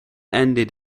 ended